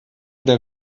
der